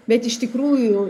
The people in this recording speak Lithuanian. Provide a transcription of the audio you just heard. bet iš tikrųjų